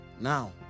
now